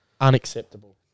Unacceptable